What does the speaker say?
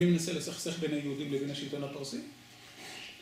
מי מנסה לסכסך בין היהודים לבין השלטון הפרסי?